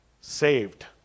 saved